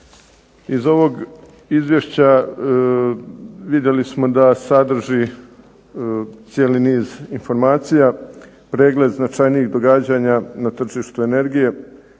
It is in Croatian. Iz ovog izvješća vidjeli smo da sadrži cijeli niz informacija, pregled značajnijih događanja na tržištu energije,